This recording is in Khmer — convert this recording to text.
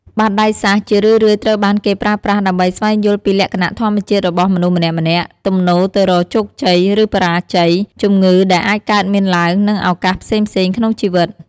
បាតដៃសាស្រ្ត ជារឿយៗត្រូវបានគេប្រើប្រាស់ដើម្បីស្វែងយល់ពីលក្ខណៈធម្មជាតិរបស់មនុស្សម្នាក់ៗ ទំនោរទៅរកជោគជ័យ ឬបរាជ័យ ជំងឺដែលអាចកើតមានឡើង និងឱកាសផ្សេងៗក្នុងជីវិត។